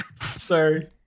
Sorry